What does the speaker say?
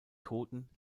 toten